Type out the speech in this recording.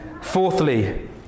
fourthly